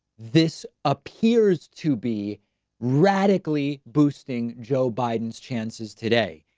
this appears to be radically boosting joe biden. chances today,